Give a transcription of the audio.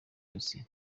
yose